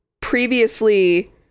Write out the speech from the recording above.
previously